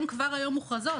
הן כבר היום מוכרזות.